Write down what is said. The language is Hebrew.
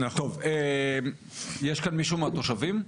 טוב, יש פה מישהו מטעם התושבים?